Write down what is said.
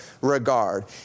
regard